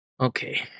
Okay